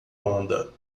onda